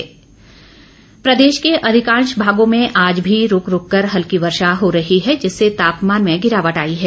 मौसम प्रदेश के अधिकांश क्षेत्रों में आज भी रूक रूक कर हल्की वर्षा हो रही है जिससे तापमान में गिरावट आई है